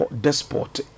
despot